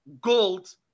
gold